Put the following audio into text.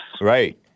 Right